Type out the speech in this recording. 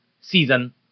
season